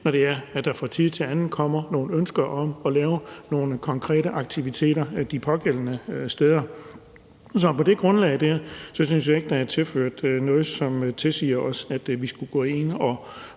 når der fra tid til anden kommer nogle ønsker om at lave nogle konkrete aktiviteter de pågældende steder. Så på det grundlag synes jeg ikke, at der er tilført noget, der tilsiger os at skulle gå ind og